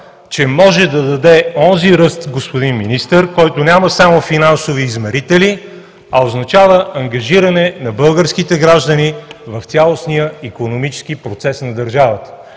че може да даде онзи ръст, господин Министър, който няма само финансови измерители, а означава ангажиране на българските граждани в цялостния икономически процес на държавата.